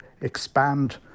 expand